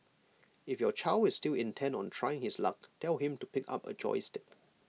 if your child is still intent on trying his luck tell him to pick up A joystick